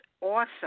awesome